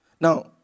Now